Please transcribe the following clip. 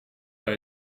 bij